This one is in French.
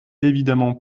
évidemment